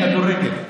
כדורגל.